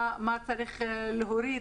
מה צריך להוריד